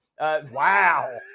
Wow